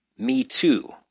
MeToo